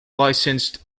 licensed